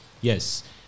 yes